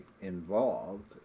involved